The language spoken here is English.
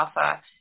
Afa